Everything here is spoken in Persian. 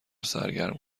سرگرم